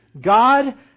God